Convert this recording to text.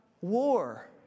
war